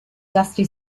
dusty